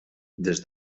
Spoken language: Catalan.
des